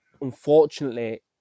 unfortunately